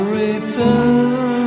return